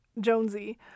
Jonesy